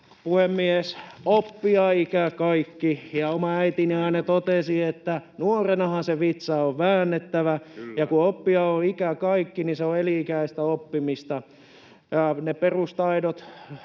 Puhemies! Oppia ikä kaikki, ja oma äitini aina totesi, että nuorenahan se vitsa on väännettävä. Ja kun oppia on ikä kaikki, niin se on elinikäistä oppimista. Ne perustaidot